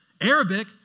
Arabic